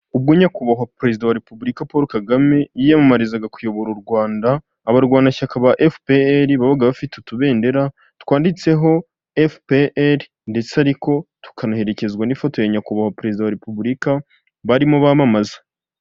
Ubwo Nyakubahwa Perezida wa Repubulika Paul Kagame yiyamamarizaga kuyobora u Rwanda, abarwanashyaka ba FPR babaga bafite utubendera twanditseho FPR ndetse ariko tukanaherekezwa n'ifoto ya Nyakubahwa Perezida wa Repubulika barimo bamamaza.